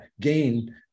gain